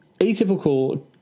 Atypical